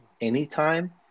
anytime